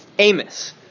Amos